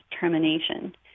termination